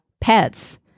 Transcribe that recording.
pets